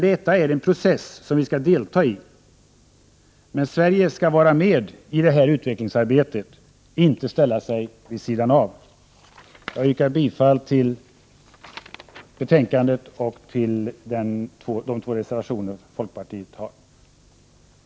Det här är en process som vi skall delta i. Sverige skall vara med i utvecklingsarbetet och inte ställa sig vid sidan av det. Herr talman! Jag yrkar bifall till de två folkpartireservationerna och i Övrigt bifall till hemställan i betänkandet.